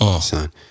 Son